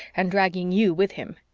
and dragging you with him.